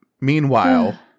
Meanwhile